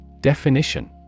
Definition